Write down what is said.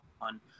on